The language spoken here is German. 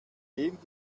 dem